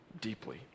deeply